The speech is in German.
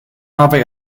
habe